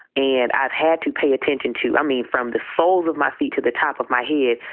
and i've had to pay attention to i mean, from the soles of my feet to the top of my head.